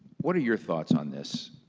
what are your thoughts on this,